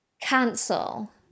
cancel